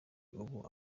ubu